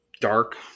dark